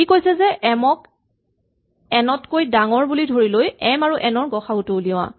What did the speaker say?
ই কৈছে যে এম ক এন তকৈ ডাঙৰ বুলি ধৰি লৈ এম আৰু এন ৰ গ সা উ টো লোৱা